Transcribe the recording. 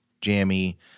jammy